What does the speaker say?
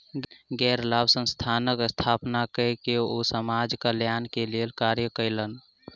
गैर लाभ संस्थानक स्थापना कय के ओ समाज कल्याण के लेल कार्य कयलैन